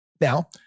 Now